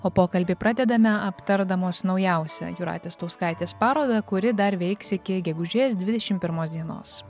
o pokalbį pradedame aptardamos naujausią jūratės stauskaitės paroda kuri dar veiks iki gegužės dvidešim pirmos dienos